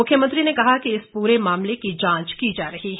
मुख्यमंत्री ने कहा कि इस पूरे मामले की जांच की जा रही है